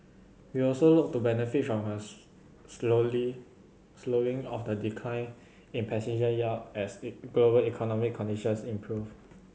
we also look to benefit from a slowly slowing of the decline in passenger yield as global economic conditions improve